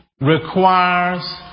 requires